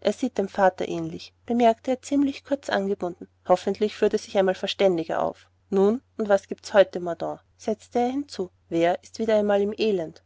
er sieht seinem vater ähnlich bemerkte er ziemlich kurz angebunden hoffentlich führt er sich einmal verständiger auf nun und was gibt's heute mordaunt setzte er hinzu wer ist wieder einmal im elend